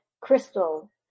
crystal